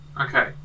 Okay